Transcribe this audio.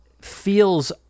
feels